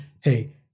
Hey